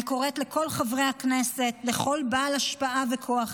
אני קוראת לכל חברי הכנסת, לכל בעל השפעה וכוח,